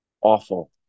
awful